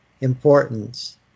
importance